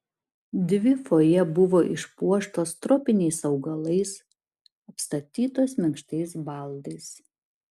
dvi fojė buvo išpuoštos tropiniais augalais apstatytos minkštais baldais